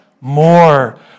more